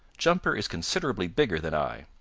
jumper is considerably bigger than i.